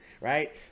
right